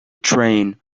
train